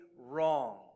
wrong